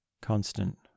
constant